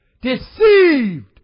deceived